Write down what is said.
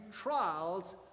trials